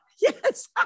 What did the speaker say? yes